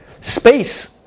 space